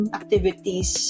activities